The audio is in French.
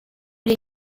les